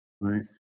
Right